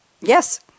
Yes